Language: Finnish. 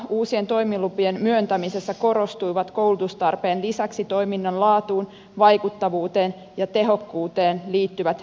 uusien toimilupien myöntämisessä korostuivat koulutustarpeen lisäksi toiminnan laatuun vaikuttavuuteen ja tehokkuuteen liittyvät näkökohdat